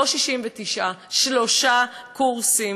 לא 69, שלושה קורסים.